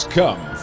come